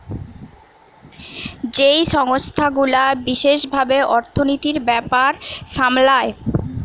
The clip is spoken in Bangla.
যেই সংস্থা গুলা বিশেষ ভাবে অর্থনীতির ব্যাপার সামলায়